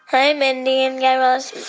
hi, mindy and guy raz.